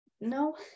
no